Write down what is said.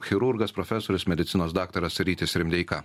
chirurgas profesorius medicinos daktaras rytis rimdeika